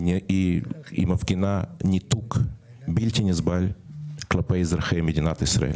מפגינה ניתוק בלתי נסבל כלפי אזרחי מדינת ישראל.